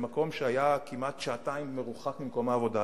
במקום שהיה במרחק של כמעט שעתיים ממקום העבודה,